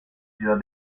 ciudad